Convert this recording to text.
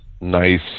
nice